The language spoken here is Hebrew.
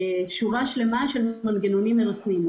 ההסדר כולל שורה שלמה של מנגנונים מרסנים.